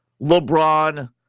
LeBron